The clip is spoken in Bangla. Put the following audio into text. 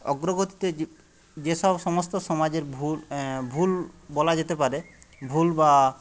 অগ্রগতিতে যেসব সমস্ত সমাজের ভুল বলা যেতে পারে ভুল বা